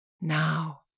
now